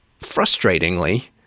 frustratingly